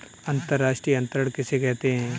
अंतर्राष्ट्रीय अंतरण किसे कहते हैं?